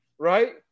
Right